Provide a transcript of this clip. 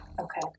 Okay